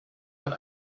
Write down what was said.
hat